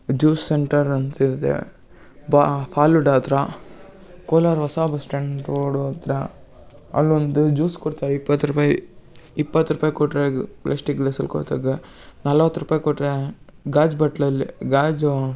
juice centre ಅಂತಿದೆ ಬಾ ಫಾಲುಡ ಹತ್ರ ಕೋಲಾರ ಹೊಸ ಬಸ್ ಸ್ಟ್ಯಾಂಡ್ ರೋಡು ಹತ್ರ ಅಲ್ಲೊಂದು ಜ್ಯೂಸ್ ಕೊಡ್ತಾರೆ ಇಪ್ಪತ್ತು ರೂಪಾಯಿ ಇಪ್ಪತ್ತು ರೂಪಾಯಿ ಕೊಟ್ಟರೆ ಗ್ ಪ್ಲ್ಯಾಸ್ಟಿಕ್ ಗ್ಲಾಸಲ್ಲಿ ನಲ್ವತ್ತು ರೂಪಾಯಿ ಕೊಟ್ಟರೆ ಗಾಜು ಬಟ್ಲಲ್ಲಿ ಗಾಜು